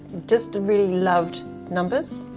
just really loved numbers.